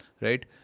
right